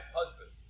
husband